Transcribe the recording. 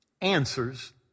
answers